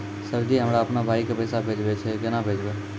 Sir ji हमरा अपनो भाई के पैसा भेजबे के छै, केना भेजबे?